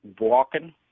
walking